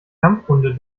kampfhunde